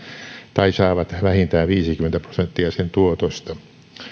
tai saavat vähintään viisikymmentä prosenttia sen tuotosta